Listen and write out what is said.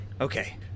Okay